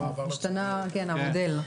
השתנה המודל.